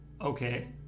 Okay